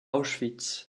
auschwitz